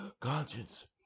conscience